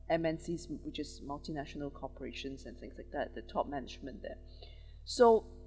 M_N_C's wh~ which is multinational corporations and things like that the top management there so